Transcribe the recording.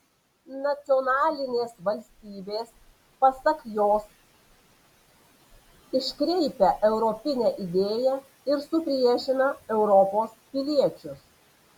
nacionalinės valstybės pasak jos iškreipia europinę idėją ir supriešina europos piliečius